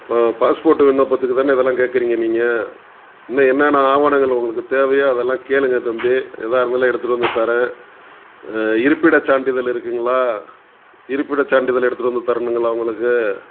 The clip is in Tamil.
பாஸ்போர்ட்டு விண்ணப்பத்துக்கு தானே இதெல்லாம் கேட்கறீங்க நீங்கள் இன்னும் என்னன்னா ஆவணங்கள் உங்களுக்குத் தேவையோ அதெல்லாம் கேளுங்கள் தம்பி எதாக இருந்தாலும் எடுத்துகிட்டு வந்து தர்றேன் இருப்பிடச் சான்றிதழ் இருக்குதுங்களா இருப்பிடச் சான்றிதழ் எடுத்துகிட்டு வந்து தரணுங்களா உங்களுக்கு